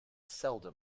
seldom